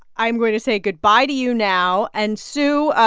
i'm going to say goodbye to you now. and, sue,